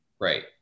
Right